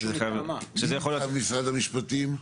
ממשרד המשפטים?